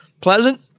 pleasant